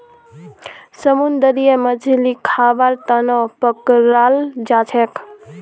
समुंदरी मछलीक खाबार तनौ पकड़ाल जाछेक